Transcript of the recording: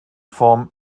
form